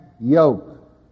yoke